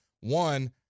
one